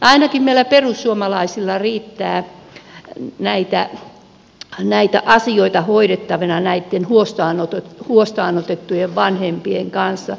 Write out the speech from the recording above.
ainakin meillä perussuomalaisilla riittää näitä asioita hoidettavana näitten huostaanotettujen lasten vanhempien kanssa